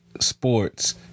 sports